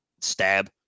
Stab